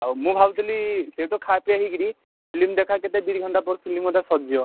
ଆଉ ମୁଁ ଭାବୁଥିଲି ସେଇଠୁ ଖା ପିଆ ହେଇକିରି ଫିଲ୍ମ ଦେଖା କେତେ ଦୁଇ ଘଣ୍ଟା ପରେ ଫିଲ୍ମ ବୋଧେ ସରିଯିବ